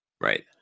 Right